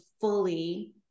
fully